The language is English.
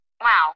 Wow